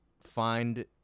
find